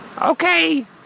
Okay